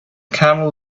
camel